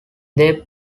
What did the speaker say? they